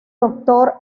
doctor